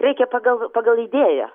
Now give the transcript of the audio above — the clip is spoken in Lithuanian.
reikia pagal pagal idėją